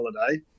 holiday